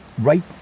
right